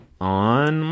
On